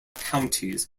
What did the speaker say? counties